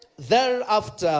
thereafter